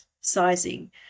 sizing